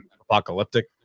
apocalyptic